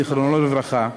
זיכרונו לברכה,